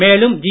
மேலும் ஜி